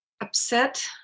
upset